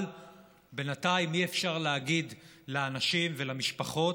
אבל בינתיים אי-אפשר להגיד לאנשים ולמשפחות: